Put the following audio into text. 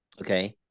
Okay